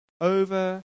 over